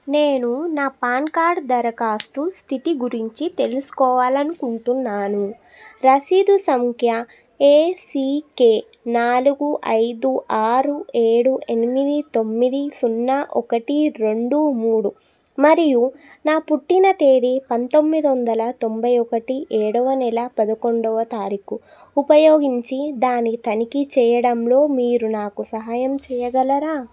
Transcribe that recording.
నేను నా PAN card దరఖాస్తు స్థితి గురించి తెలుసుకోవాలనుకుంటున్నాను రసీదు సంఖ్య ఏసికే నాలుగు ఐదు ఆరు ఏడు ఎనిమిది తొమ్మిది సున్నా ఒకటి రెండు మూడు మరియు నా పుట్టిన తేదీ పంతొమ్మిది వందల తొంభై ఒకటి ఏడవ నెల పదకొండో తారీఖు ఉపయోగించి దాన్ని తనిఖీ చేయడంలో మీరు నాకు సహాయం చేయగలరా